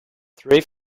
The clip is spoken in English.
three